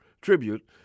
tribute